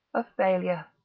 a failure.